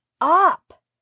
up